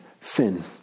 sin